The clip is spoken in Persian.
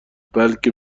بلکه